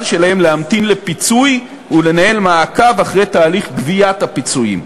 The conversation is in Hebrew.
שלהם להמתין לפיצוי ולנהל מעקב אחרי תהליך גביית הפיצויים.